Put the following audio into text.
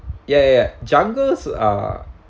ya ya jungles are